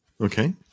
Okay